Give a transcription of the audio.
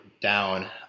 down